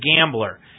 gambler